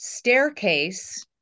staircase